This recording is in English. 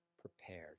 prepared